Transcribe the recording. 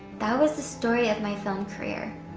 that was the story of my film career.